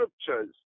scriptures